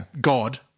God